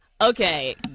okay